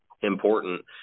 important